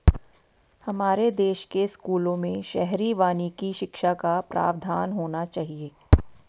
हमारे देश के स्कूलों में शहरी वानिकी शिक्षा का प्रावधान होना चाहिए